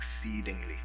exceedingly